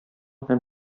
һәм